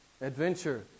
Adventure